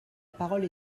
parole